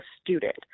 student